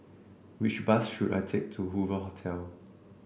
which bus should I take to Hoover Hotel